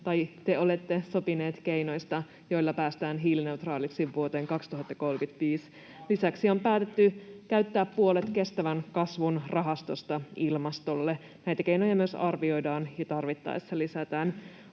tai te olette — sopineet keinoista, joilla päästään hiilineutraaliksi vuoteen 2035 mennessä. Lisäksi on päätetty käyttää puolet kestävän kasvun rahastosta ilmastoon. Näitä keinoja myös arvioidaan ja tarvittaessa lisätään.